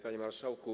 Panie Marszałku!